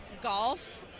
Golf